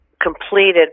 completed